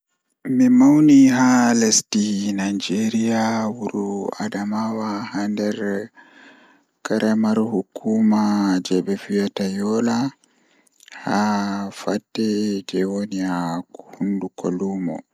Mi mauni haa lesdi Nigeria wuro yola haa nder Adamawa Miɗo waawi helpi e waɗde nder konngol, ammaa miɗo waɗi goɗɗum, ammaa miɗo waawi yeddi e waawugol places ngal. So aɗa waawi waɗde ɗum ko ɗoo wuro, naatude tuma ngal.